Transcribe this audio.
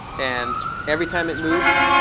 and every time it moves,